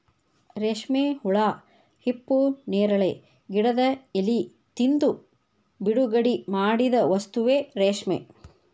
ರೇಶ್ಮೆ ಹುಳಾ ಹಿಪ್ಪುನೇರಳೆ ಗಿಡದ ಎಲಿ ತಿಂದು ಬಿಡುಗಡಿಮಾಡಿದ ವಸ್ತುವೇ ರೇಶ್ಮೆ